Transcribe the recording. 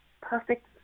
perfect